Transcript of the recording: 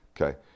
Okay